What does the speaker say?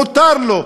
מותר לו.